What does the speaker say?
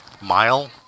mile